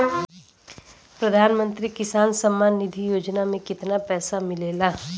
प्रधान मंत्री किसान सम्मान निधि योजना में कितना पैसा मिलेला?